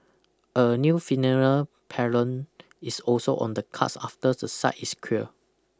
a new funeral parlour is also on the cards after the site is cleared